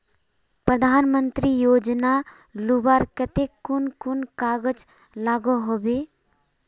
प्रधानमंत्री योजना लुबार केते कुन कुन कागज लागोहो होबे?